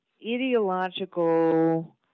ideological